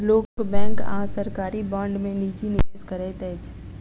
लोक बैंक आ सरकारी बांड में निजी निवेश करैत अछि